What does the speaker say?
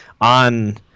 on